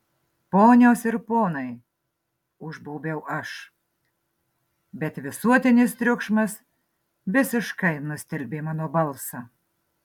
ponios ir ponai užbaubiau aš bet visuotinis triukšmas visiškai nustelbė mano balsą